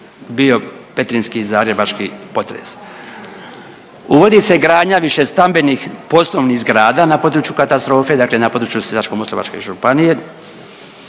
bio petrinjski i zagrebački potres. Uvodi se gradnja višestambenih poslovnih zgrada na području katastrofe, dakle na području Sisačko-moslavačke županije.